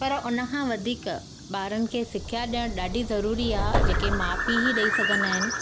पर उनखां वधीक ॿारनि खे सिख्या ॾियणु ॾाढी ज़रूरी आहे जेके माउ पीउ ई ॾेई सघंदा आहिनि